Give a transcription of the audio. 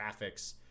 graphics